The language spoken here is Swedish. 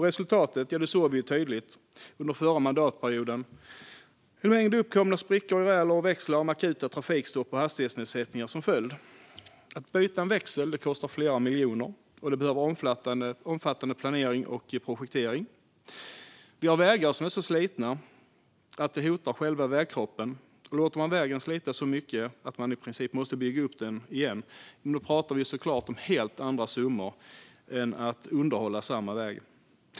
Resultatet såg vi tydligt under förra mandatperioden i form av en mängd uppkomna sprickor i räler och växlar med akuta trafikstopp och hastighetsnedsättningar som följd. Att byta en växel kostar flera miljoner, och det behövs omfattande planering och projektering. Vi har vägar som är så slitna att det hotar själva vägkroppen. Låter man vägen slitas så mycket att man i princip måste bygga upp den igen pratar vi såklart om helt andra summor än att underhålla samma väg.